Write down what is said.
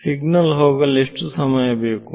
signal ಹೋಗಲು ಎಷ್ಟು ಸಮಯ ಬೇಕು